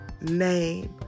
name